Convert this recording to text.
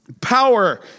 Power